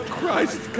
Christ